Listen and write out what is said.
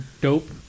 dope